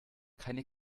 keine